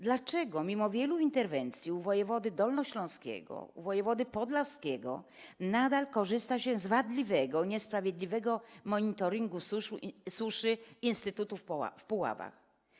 Dlaczego mimo wielu interwencji u wojewody dolnośląskiego, u wojewody podlaskiego nadal korzysta się z wadliwego, niesprawiedliwego monitoringu suszy prowadzonego przez instytut w Puławach?